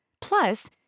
Plus